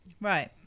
Right